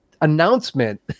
announcement